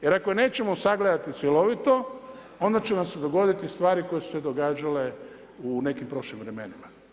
Jer ako nećemo sagledati cjelovito, onda će nam se dogoditi stvari koje su se događale u nekim prošlim vremenima.